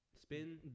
Spin